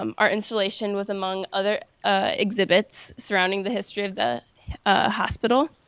um our installation was among other exhibits surrounding the history of the hospital.